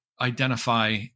identify